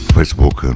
Facebook